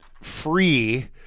free